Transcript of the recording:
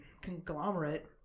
conglomerate